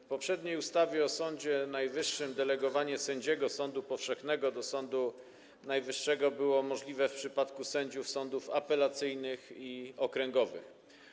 W poprzedniej ustawie o Sądzie Najwyższym delegowanie sędziego sądu powszechnego do Sądu Najwyższego było możliwe w przypadku sędziów sądów apelacyjnych i okręgowych.